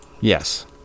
Yes